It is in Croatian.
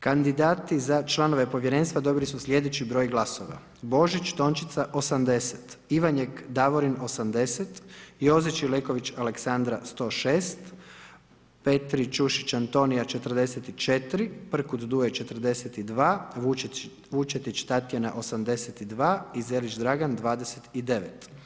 Kandidati za članove Povjerenstva dobili su sljedeći broj glasova Božić Tončica 80, Ivanjek Davorin 80, Jozić leković Aleksandra 106, Petrić Čušić Antonija 44 i Prkut Duje 42, Vučetić Tatjana 82 i Zelić Dragan 29.